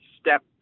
step